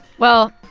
well,